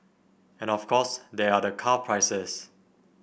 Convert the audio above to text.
and of course there are the car prices